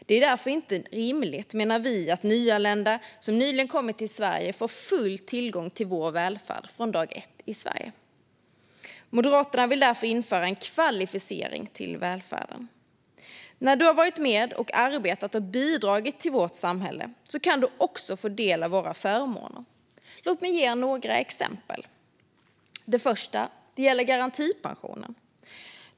Det är därför inte rimligt, menar vi, att nyanlända till Sverige får full tillgång till vår välfärd från dag ett i landet. Moderaterna vill därför införa en kvalificering till välfärden. När du har varit med och arbetat och bidragit till vårt samhälle kan du också få del av våra förmåner. Låt mig ge några exempel! Det första exemplet är garantipensionen.